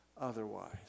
otherwise